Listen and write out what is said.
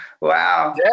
Wow